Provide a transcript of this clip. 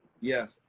yes